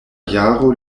jaro